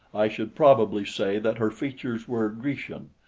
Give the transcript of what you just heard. i should probably say that her features were grecian,